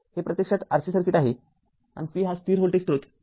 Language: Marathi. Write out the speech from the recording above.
हे प्रत्यक्षात RC सर्किट आहेआणि V हा स्थिर व्होल्टेज स्त्रोत आहे